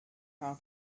how